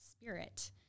spirit